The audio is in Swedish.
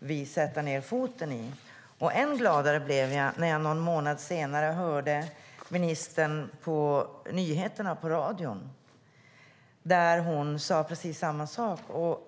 vi ska sätta ned foten i det här avseendet. Än gladare blev jag när jag någon månad senare hörde ministern på nyheterna på radion säga samma sak.